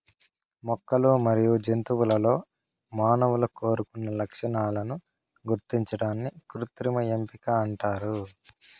మొక్కలు మరియు జంతువులలో మానవులు కోరుకున్న లక్షణాలను గుర్తించడాన్ని కృత్రిమ ఎంపిక అంటారు